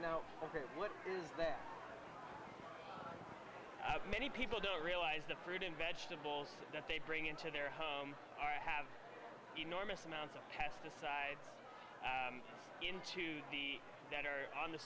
ok what is that many people don't realize the fruit and vegetables that they bring into their home or have enormous amounts of pesticides into the dander on the